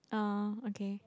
oh okay